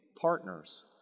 partners